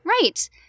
Right